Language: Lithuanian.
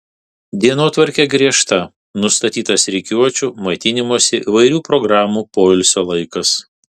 dienotvarkė griežta nustatytas rikiuočių maitinimosi įvairių programų poilsio laikas